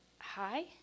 hi